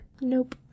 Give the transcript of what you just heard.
Nope